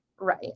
right